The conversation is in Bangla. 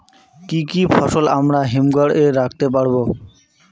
কি কি ফসল আমরা হিমঘর এ রাখতে পারব?